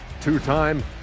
two-time